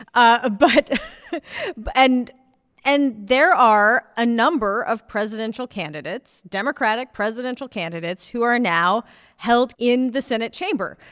ah but and and there are a number of presidential candidates, democratic presidential candidates, who are now held in the senate chamber.